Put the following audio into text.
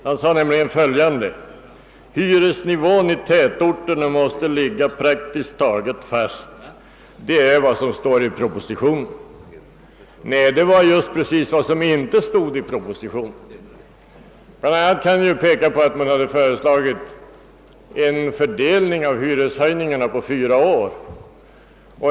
Han sade: »Hyresnivån i tätorterna måste ligga praktiskt taget fast. Det är vad som står i propositionen.» Det var just precis vad som inte stod i propositionen. Framför allt kan man peka på att man hade föreslagit en fördelning av hyreshöjningarna på fyra år.